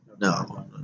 No